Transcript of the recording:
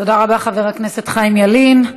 תודה רבה, חבר הכנסת חיים ילין.